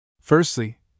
Firstly